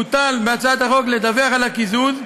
מוטל בהצעת החוק לדווח על הקיזוז,